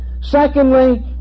Secondly